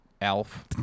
Elf